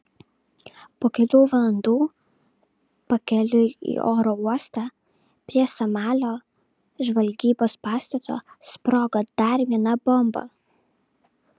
po kelių valandų pakeliui į oro uostą prie somalio žvalgybos pastato sprogo dar viena bomba